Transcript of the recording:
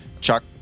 Chuck